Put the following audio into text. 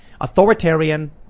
Authoritarian